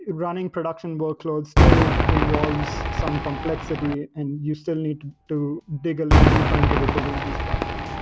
and running production workload still involves some complexity and you still need to dig a little deeper into the kubernetes platform